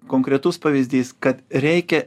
konkretus pavyzdys kad reikia